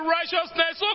righteousness